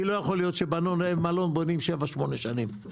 כי לא יכול להיות שמלון בונים 7-8 שנים.